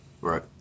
Right